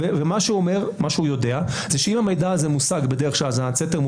ומה שהוא יודע שאם המידע הזה מושג בדרך של האזנת סתר,